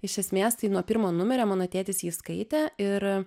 iš esmės tai nuo pirmo numerio mano tėtis jį skaitė ir